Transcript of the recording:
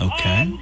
Okay